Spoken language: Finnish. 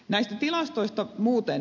näistä tilastoista muuten